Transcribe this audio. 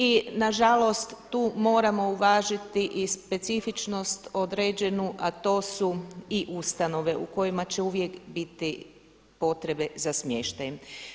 I nažalost tu moramo uvažiti i specifičnost određenu a to su i ustanove u kojima će uvijek biti potrebe za smještajem.